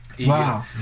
Wow